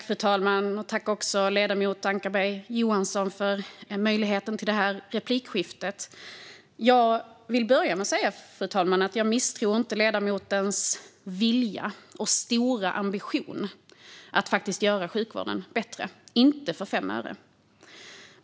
Fru talman! Tack, ledamoten Ankarberg Johansson, för möjligheten att ha det här replikskiftet! Fru talman! Jag misstror inte för fem öre ledamotens vilja och stora ambition att göra sjukvården bättre.